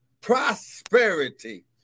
prosperity